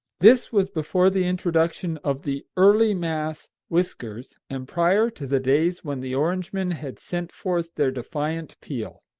this was before the introduction of the early mass whiskers, and prior to the days when the orangemen had sent forth their defiant peal.